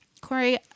Corey